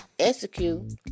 execute